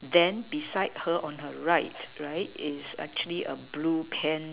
then beside her on her right right is actually a blue pant